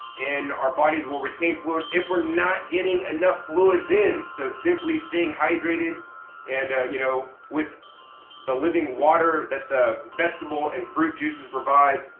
our bodies will retain fluid if we're not getting enough fluids in. so simply staying hydrated and you know with the living water that the vegetable and fruit juices provide,